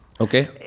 Okay